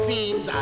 Seems